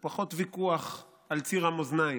הוא פחות ויכוח על ציר המאזניים.